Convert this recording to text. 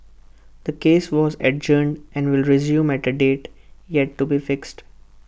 the case was adjourned and will resume at A date yet to be fixed